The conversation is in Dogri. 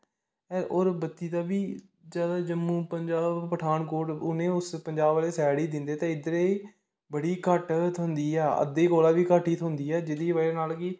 और बत्ती दा बी ज्यादा जम्मू पजांब पठान कोट उनें उस पजांब आहली साइड ही दिंदे ते इद्धरे गी बड़ी घट्ट थ्होंदी ऐ अद्धे कोला बी घट्ट ही थ्होंदी ऐ जेहदी बजह नाल कि